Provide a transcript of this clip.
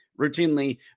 routinely